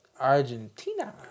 Argentina